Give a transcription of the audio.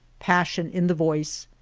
passion in the voice,